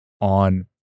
on